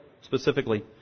specifically